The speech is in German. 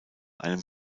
einem